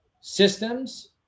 systems